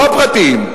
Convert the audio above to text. לא הפרטיים.